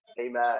amen